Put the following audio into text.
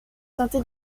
teinté